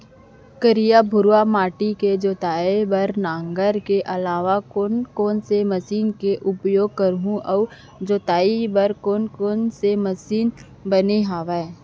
करिया, भुरवा माटी के जोताई बर नांगर के अलावा कोन कोन से मशीन के उपयोग करहुं अऊ जोताई बर कोन कोन से मशीन बने हावे?